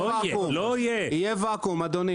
יהיה ואקום, אדוני.